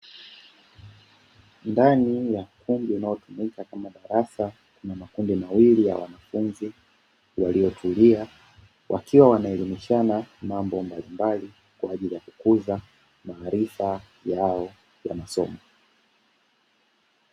Ndani ya ukumbi unaotumika kama darasa kuna makundi mawili ya wanafunzi waliotulia, wakiwa wanaelimishana mambo mbali mbali kwa ajili ya kukuza maarifa yao ya masomo.